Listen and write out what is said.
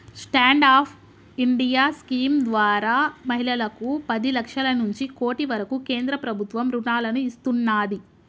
stand up India scheme ద్వారా మహిళలకు పది లక్షల నుంచి కోటి వరకు కేంద్ర ప్రభుత్వం రుణాలను ఇస్తున్నాది